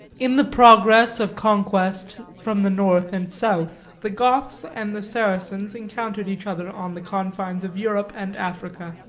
in the progress of conquest from the north and south, the goths and the saracens encountered each other on the confines of europe and africa.